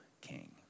king